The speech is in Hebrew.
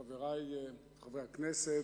חברי חברי הכנסת,